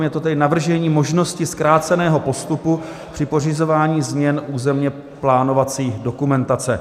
Je to tedy navržení možnosti zkráceného postupu při pořizování změn územněplánovací dokumentace.